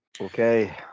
Okay